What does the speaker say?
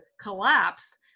collapse